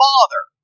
Father